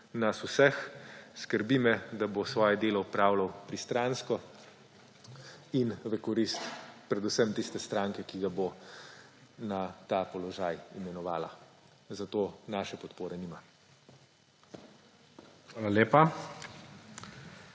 nas vseh. Skrbi me, da bo svoje delo opravljal pristransko in v korist predvsem tiste stranke, ki ga bo na ta položaj imenovala. Zato naše podpore nima. PREDSEDNIK